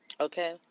okay